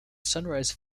sunrise